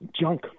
junk